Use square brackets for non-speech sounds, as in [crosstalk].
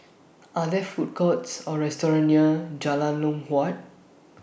[noise] Are There Food Courts Or restaurants near Jalan [unintelligible] Huat